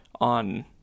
on